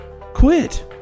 quit